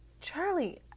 Charlie